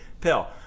pill